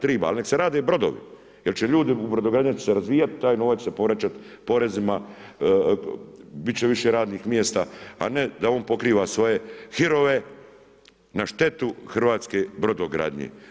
Treba, ali nek' se rade brodovi jer će ljudi u brodogradnji će se razvijati, taj novac će povraćat porezima, bit će više radnih mjesta a ne da on pokriva svoje hirove na štetu hrvatske brodogradnje.